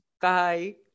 Bye